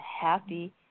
happy